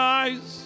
eyes